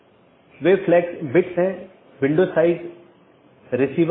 एक चीज जो हमने देखी है वह है BGP स्पीकर